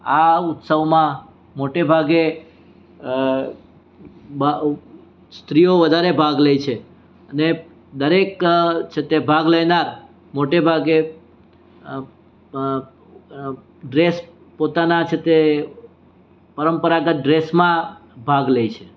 આ ઉત્સવમાં મોટેભાગે સ્ત્રીઓ વધારે ભાગ લે છે અને દરેક છે તે ભાગ લેનાર મોટે ભાગે ડ્રેસ પોતાના છે તે પરંપરાગત ડ્રેસમાં ભાગ લે છે